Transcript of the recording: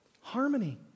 harmony